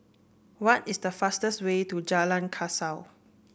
what is the fastest way to Jalan Kasau